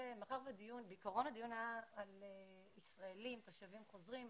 בעיקרון הדיון היה על ישראלים תושבים חוזרים,